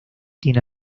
tiene